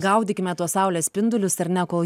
gaudykime tuos saulės spindulius ar ne kol